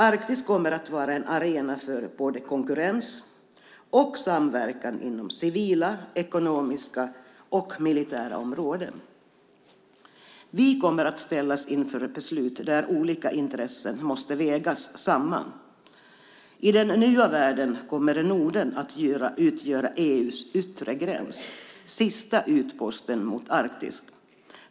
Arktis kommer att vara en arena för både konkurrens och samverkan inom civila, ekonomiska och militära områden. Vi kommer att ställas inför beslut där olika intressen måste vägas samman. I den nya världen kommer Norden att utgöra EU:s yttre gräns, den sista utposten mot Arktis.